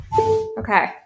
Okay